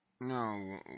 No